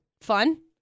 fun